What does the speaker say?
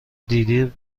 دیده